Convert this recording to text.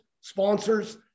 sponsors